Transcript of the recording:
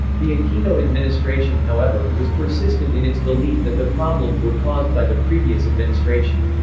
the aquino administration however, was persistent in its belief that the problems were caused by the previous administration.